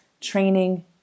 training